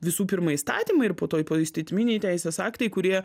visų pirma įstatymai ir po to poįstatyminiai teisės aktai kurie